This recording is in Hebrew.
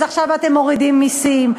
אז עכשיו אתם מורידים מסים.